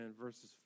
verses